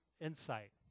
insight